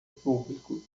público